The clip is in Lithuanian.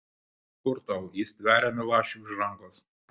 kur tau ji stveria milašiui už rankos